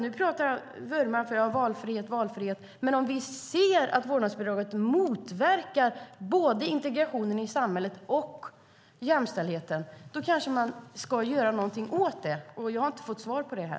Nu vurmar han för valfrihet och valfrihet. Men om vi ser att vårdnadsbidraget motverkar både integrationen och jämställdheten i samhället kanske man ska göra någonting åt det. Jag har inte fått något svar där.